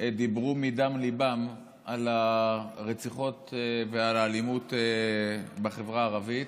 דיברו מדם ליבם על הרציחות ועל האלימות בחברה הערבית